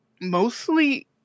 mostly